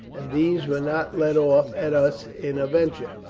and these were not let off at us in a venture.